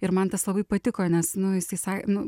ir man tas labai patiko nes nu jisai sa nu